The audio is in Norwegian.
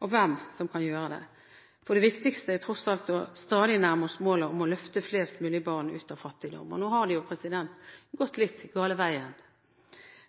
og hvem som kan gjøre det. Det viktigste er tross alt stadig å nærme oss målet om å løfte flest mulig barn ut av fattigdom, og nå har det gått litt den gale veien